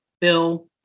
Bill